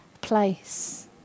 place